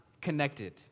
connected